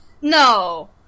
No